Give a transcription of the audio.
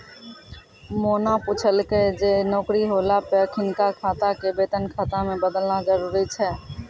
मोना पुछलकै जे नौकरी होला पे अखिनका खाता के वेतन खाता मे बदलना जरुरी छै?